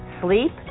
sleep